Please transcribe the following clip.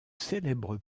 célèbre